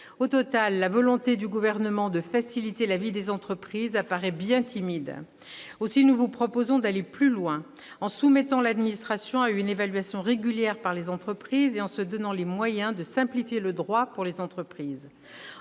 Au total, la volonté du Gouvernement de faciliter la vie des entreprises apparaît bien timide. Aussi, nous vous proposons d'aller plus loin, en soumettant l'administration à une évaluation régulière par les entreprises et en se donnant les moyens de simplifier le droit applicable aux entreprises.